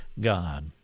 God